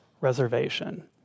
reservation